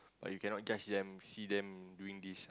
but you cannot judge them see them doing this